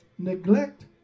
Neglect